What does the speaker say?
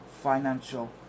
Financial